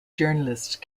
journalist